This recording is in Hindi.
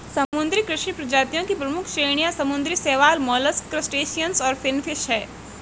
समुद्री कृषि प्रजातियों की प्रमुख श्रेणियां समुद्री शैवाल, मोलस्क, क्रस्टेशियंस और फिनफिश हैं